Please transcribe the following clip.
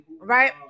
right